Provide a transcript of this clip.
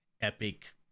epic